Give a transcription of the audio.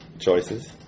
choices